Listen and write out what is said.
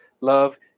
Love